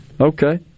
okay